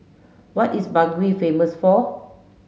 what is Bangui famous for